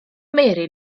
mary